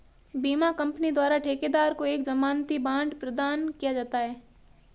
बीमा कंपनी द्वारा ठेकेदार को एक जमानती बांड प्रदान किया जाता है